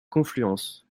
confluence